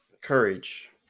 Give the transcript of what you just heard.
courage